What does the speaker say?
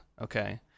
okay